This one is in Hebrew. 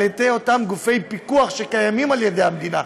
ידי אותם גופי פיקוח שקיימים על ידי המדינה,